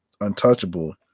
Untouchable